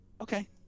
okay